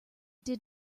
did